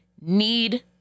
need